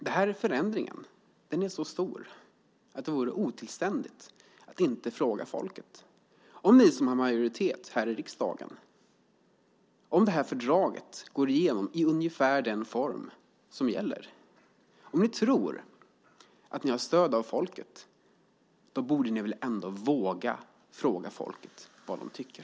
Denna förändring är så stor att det vore otillständigt att inte fråga folket vad de tycker. Om ni som har majoritet i riksdagen tror att ni har stöd av folket för ett fördrag i ungefär den form som gäller, då borde ni väl ändå våga fråga folket vad de tycker.